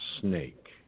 snake